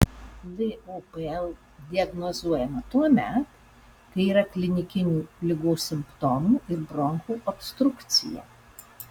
lopl diagnozuojama tuomet kai yra klinikinių ligos simptomų ir bronchų obstrukcija